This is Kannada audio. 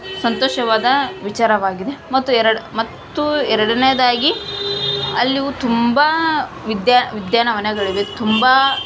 ಸಂತೋಷವಾದ ವಿಚಾರವಾಗಿದೆ ಮತ್ತು ಎರಡು ಮತ್ತು ಎರಡನೇಯದಾಗಿ ಅಲ್ಲೂ ತುಂಬ ಉದ್ಯಾ ಉದ್ಯಾನವನಗಳಿದೆ ತುಂಬ